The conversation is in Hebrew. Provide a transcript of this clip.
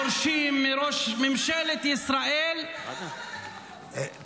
דורשים מראש ממשלת ישראל ------ טלי,